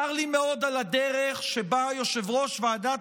צר לי מאוד על הדרך שבה יושב-ראש ועדת